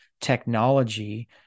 technology